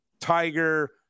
Tiger